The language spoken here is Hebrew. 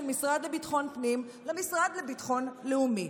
המשרד לביטחון הפנים למשרד לביטחון לאומי,